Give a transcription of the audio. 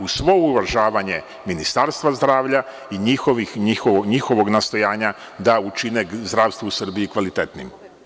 Uz svo uvažavanje Ministarstva zdravlja i njihovog nastojanja da učine zdravstvo u Srbiji kvalitetnijim.